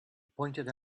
pointed